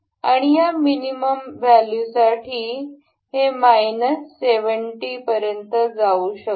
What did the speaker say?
आणि या minimum value साठी हे मायनस 70 पर्यंत जाऊ शकते